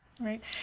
Right